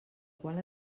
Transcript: qual